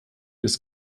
des